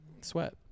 sweat